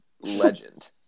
Legend